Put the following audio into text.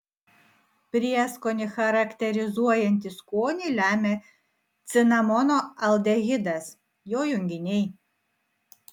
prieskonį charakterizuojantį skonį lemia cinamono aldehidas jo junginiai